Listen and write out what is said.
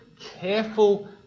careful